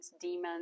demons